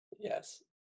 Yes